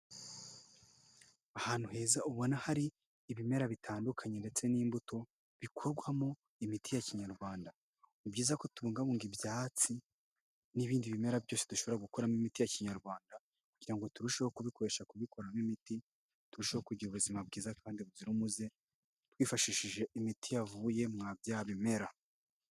Ahantu heza ubona hari ibimera bitandukanye ndetse n'imbuto bikorwamo imiti ya kinyarwanda, ni byiza ko tubungabunga ibyatsi n'ibindi bimera byose dushobora gukuramo imiti ya kinyarwanda kugira ngo turusheho kubikoresha kubikoramo imiti, turusheho kugira ubuzima bwiza kandi buzira umuze, twifashishije imiti yavuye mwa bya bimera.